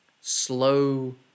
slow